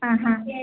ಹಾಂ ಹಾಂ